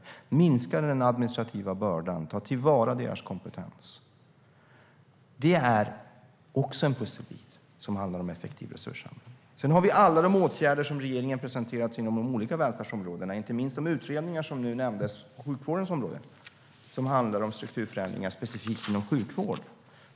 Det handlar om att minska den administrativa bördan och om att ta till vara professionernas kompetens. Det är också en pusselbit som handlar om effektiv resursanvändning. Sedan har vi alla de åtgärder som regeringen har presenterat inom de olika välfärdsområdena. Det handlar inte minst om de utredningar som nu nämndes på sjukvårdens område och som handlar om strukturförändringar specifikt inom sjukvården.